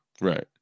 Right